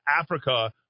Africa